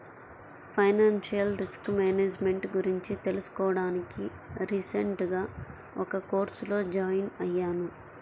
financial risk management గురించి తెలుసుకోడానికి recent గా ఒక కోర్సులో జాయిన్ అయ్యాను